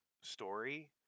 story